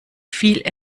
viel